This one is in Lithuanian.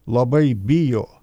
labai bijo